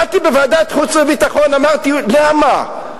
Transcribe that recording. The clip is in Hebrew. באתי, בוועדת חוץ וביטחון, אמרתי: למה?